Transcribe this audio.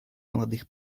молодых